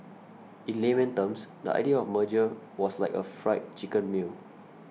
in layman terms the idea of merger was like a Fried Chicken meal